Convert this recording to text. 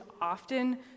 often